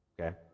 Okay